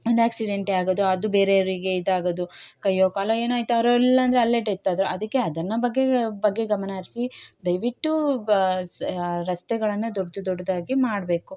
ಒಂದು ಆಕ್ಸಿಡೆಂಟೇ ಆಗೋದು ಅದು ಬೇರೆಯವರಿಗೆ ಇದಾಗೋದು ಕೈಯೋ ಕಾಲೋ ಏನೋ ಆಯ್ತು ಅವರಿಲ್ಲ ಅಂದರೆ ಅಲ್ಲೇ ಡೆತ್ ಆದರು ಅದಕ್ಕೆ ಅದನ್ನು ಬಗ್ಗೆ ಬಗ್ಗೆ ಗಮನ ಹರ್ಸಿ ದಯವಿಟ್ಟು ಬಸ್ ರಸ್ತೆಗಳನ್ನು ದೊಡ್ಡ ದೊಡ್ಡದಾಗಿ ಮಾಡಬೇಕು